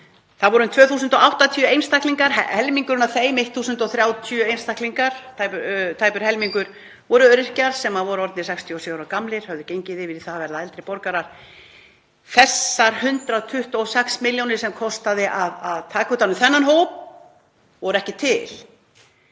Það voru um 2.080 einstaklingar. Helmingurinn af þeim, 1.030 einstaklingar, tæpur helmingur, voru öryrkjar sem eru orðnir 67 ára gamlir, höfðu gengið yfir í það að verða eldri borgarar. Þessar 126 milljónir sem það kostaði að taka utan um þennan hóp voru ekki til.